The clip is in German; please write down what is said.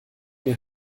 mir